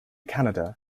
canada